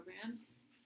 programs